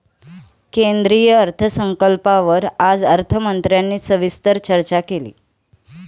केंद्रीय अर्थसंकल्पावर आज अर्थमंत्र्यांनी सविस्तर चर्चा केली